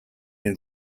and